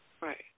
Right